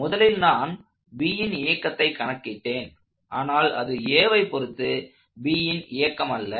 முதலில் நான் Bன் இயக்கத்தை கணக்கிட்டேன் ஆனால் அது Aவை பொருத்து Bன் இயக்கம் அல்ல